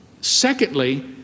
Secondly